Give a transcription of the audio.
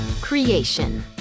Creation